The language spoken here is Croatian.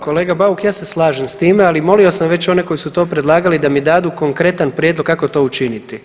Kolega Bauk ja se slažem s time, ali molio sam već one koji su to predlagali da mi dadu konkretan prijedloga kako to učiniti.